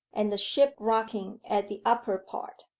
and ship rocking at the upper part,